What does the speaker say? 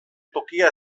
tokia